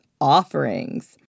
offerings